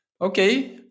Okay